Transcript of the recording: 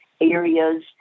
areas